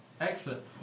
Excellent